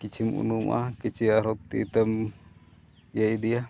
ᱠᱤᱪᱷᱤᱢ ᱩᱱᱩᱢᱚᱜᱼᱟ ᱠᱤᱪᱷᱤ ᱟᱨᱦᱚᱸ ᱛᱤ ᱛᱮᱢ ᱤᱭᱟᱹ ᱤᱫᱤᱭᱟ